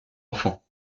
enfant